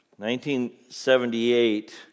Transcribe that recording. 1978